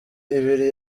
ibiri